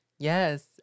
Yes